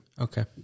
Okay